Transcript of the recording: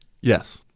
Yes